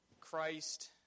Christ